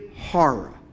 horror